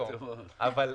אבל 40,